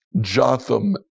Jotham